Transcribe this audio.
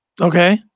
okay